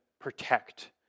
protect